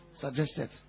suggested